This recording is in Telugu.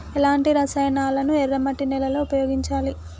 ఎలాంటి రసాయనాలను ఎర్ర మట్టి నేల లో ఉపయోగించాలి?